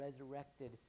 resurrected